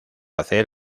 hacer